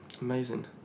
Amazing